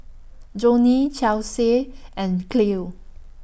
Jonnie Chelsie and Cleo